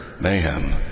mayhem